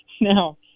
now